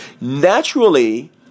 Naturally